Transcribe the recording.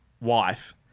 wife